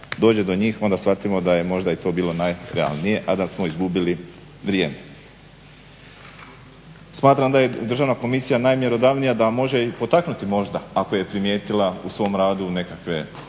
dođe do njih onda shvatimo da je možda i to bilo najrealnije a da smo izgubili prijem. Smatram da je Državna komisija najmjerodavnija da može i potaknuti možda ako je primijetila u svom radu nekakve